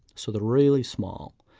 so they're really small.